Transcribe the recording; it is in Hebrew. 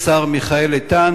השר מיכאל איתן,